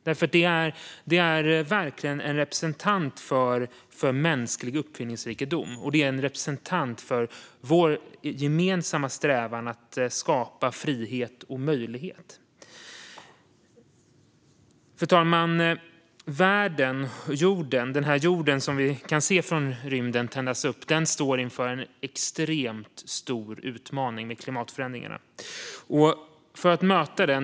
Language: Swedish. Det är verkligen en representant för mänsklig uppfinningsrikedom, och det är en representant för vår gemensamma strävan att skapa frihet och möjligheter. Fru talman! Världen och jorden - den jord som vi kan se tändas upp från rymden - står inför en extremt stor utmaning i och med klimatförändringarna.